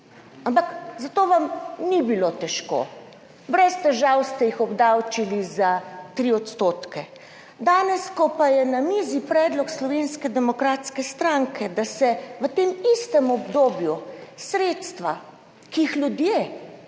Ampak, zato vam ni bilo težko, brez težav ste jih obdavčili za 3 %. Danes, ko pa je na mizi predlog Slovenske demokratske stranke, da se v tem istem obdobju sredstva, ki jih ljudje